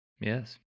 Yes